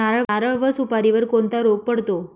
नारळ व सुपारीवर कोणता रोग पडतो?